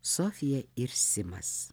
sofija ir simas